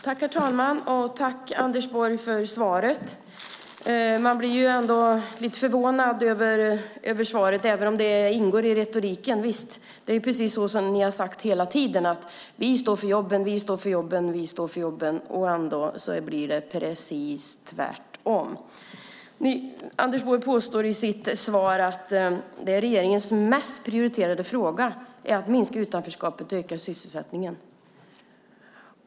Herr talman! Tack för svaret, Anders Borg! Man blir lite förvånad över svaret även om det ingår i retoriken. Det är precis det ni har sagt hela tiden: Vi står för jobben. Och ändå blir det precis tvärtom. Anders Borg påstår i sitt svar att regeringens mest prioriterade fråga är att minska utanförskapet och öka sysselsättningen.